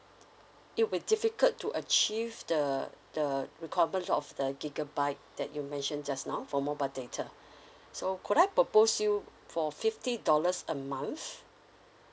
it will difficult to achieve the the requirement of the gigabyte that you mentioned just now for mobile data so could I propose you for fifty dollars a month